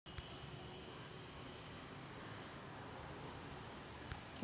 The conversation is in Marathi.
एका शेतकऱ्याला धान्य गाडीचे जास्तच उपयोग राहते